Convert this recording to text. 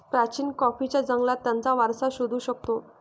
प्राचीन कॉफीच्या जंगलात त्याचा वारसा शोधू शकतो